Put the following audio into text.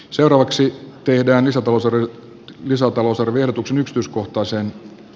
seuraavaksi tehdään lisätalousarvion lisätalousarvioehdotuksen ykstyskohtaiseen